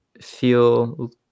feel